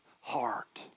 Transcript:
heart